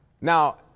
Now